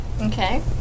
Okay